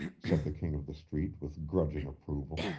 said the king of the street with grudging approval.